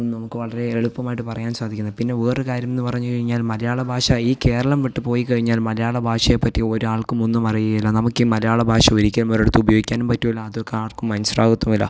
നമുക്ക് വളരെ എളുപ്പമായിട്ട് പറയാൻ സാധിക്കുന്നത് പിന്നെ വേറൊര് കാര്യം എന്ന് പറഞ്ഞ് കഴിഞ്ഞാൽ മലയാള ഭാഷ ഈ കേരളം വിട്ട് പോയി കഴിഞ്ഞാൽ മലയാള ഭാഷയെപ്പറ്റി ഒരാൾക്കും ഒന്നും അറിയുകയില്ല നമുക്ക് ഈ മലയാള ഭാഷ ഒരിക്കലും ഒരിടത്തും ഉപയോഗിക്കാനും പറ്റില്ല അതൊക്കെ ആർക്കും മനസ്സിലാകത്തുമില്ല